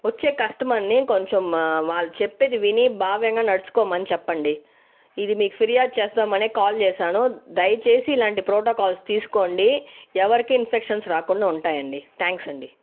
వచ్చే కస్టమర్ని కొంచెం వాళ్ళు చెప్పేది విని భావ్యంగా నడుచుకోమని చెప్పండి ఇది మీకు ఫిర్యాదు చేద్దామనే కాల్ చేశాను దయచేసి ఇలాంటి ప్రోటోకాల్స్ తీసుకోండి ఎవరికి ఇన్ఫెక్షన్స్ రాకుండా ఉంటాయండి థ్యాంక్స్ అండి